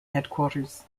headquarters